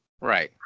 Right